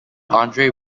andre